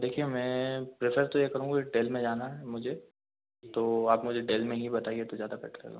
देखिए मैं प्रेफर तो ये करूँगा डेल में जाना है मुझे तो आप मुझे डेल में ही बताइए तो ज़्यादा बेटर रहेगा